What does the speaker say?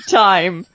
time